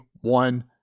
one